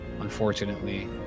unfortunately